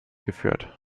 geführt